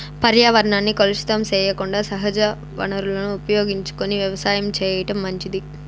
పర్యావరణాన్ని కలుషితం సెయ్యకుండా సహజ వనరులను ఉపయోగించుకొని వ్యవసాయం చేయటం మంచిది